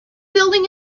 building